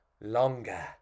longer